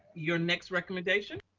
your next recommendation.